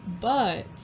but-